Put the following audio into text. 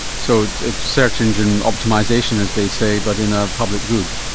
so it's it's search engine optimisation, as they say, but in a public good.